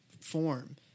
form